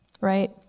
right